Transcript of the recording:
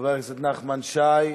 חבר הכנסת נחמן שי,